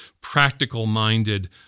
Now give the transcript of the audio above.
practical-minded